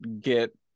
get